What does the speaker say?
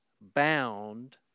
bound